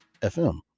FM